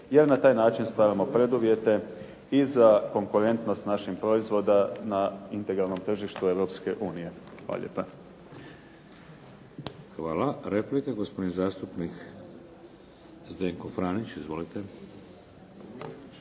jer na taj način stvaramo preduvjete i za konkurentnost naših proizvoda na integralnom tržištu Europske unije. Hvala lijepa. **Šeks, Vladimir (HDZ)** Hvala. Replika gospodin zastupnik Zdenko Franić. Izvolite.